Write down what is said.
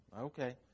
Okay